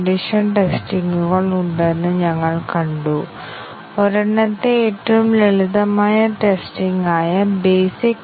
white box test തന്ത്രങ്ങൾ ധാരാളം ഉണ്ടെന്ന് ഞങ്ങൾ പറഞ്ഞു പക്ഷേ ഏകദേശം അവയെ കവറേജ് അധിഷ്ഠിതവും തെറ്റ് അടിസ്ഥാനമാക്കിയുള്ളതുമായി തരംതിരിക്കാം